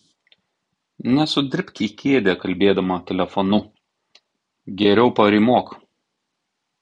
nesudribk į kėdę kalbėdama telefonu geriau parymok